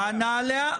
ענה עליה.